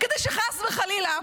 כדי שחס וחלילה,